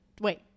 Wait